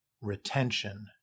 retention